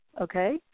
okay